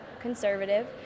conservative